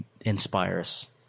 inspires